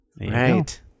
Right